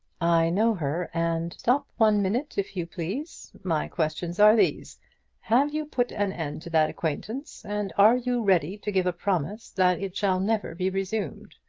i know her, and stop one minute, if you please. my questions are these have you put an end to that acquaintance? and are you ready to give a promise that it shall never be resumed?